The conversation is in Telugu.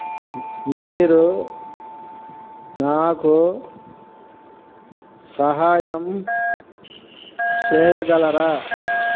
మీరు నాకు సహాయం చేయగలరా